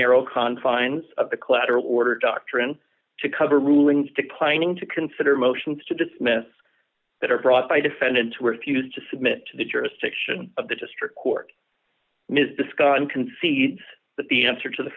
narrow confines of the clatter order doctrine to cover rulings declining to consider motions to dismiss that are brought by defendants who refuse to submit to the jurisdiction of the district court ms discussion concedes that the answer to